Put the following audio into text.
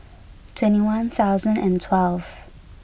twenty one thousand and twelve